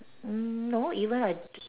mm no even I